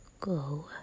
go